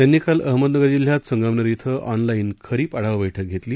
त्यांनी काल अहमदनगर जिल्ह्यात संगमनेर इथं ऑनलाइन खरीप आढावा बैठक धेतली